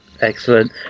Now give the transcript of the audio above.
Excellent